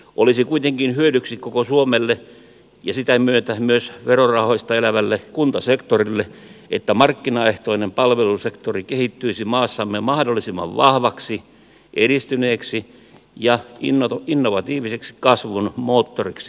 olisi kuitenkin hyödyksi koko suomelle ja sitä myötä myös verorahoista elävälle kuntasektorille että markkinaehtoinen palvelusektori kehittyisi maassamme mahdollisimman vahvaksi edistyneeksi ja innovatiiviseksi kasvun moottoriksi